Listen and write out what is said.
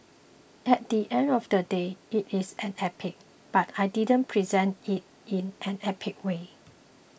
at the end of the day it is an epic but I didn't present it in an epic way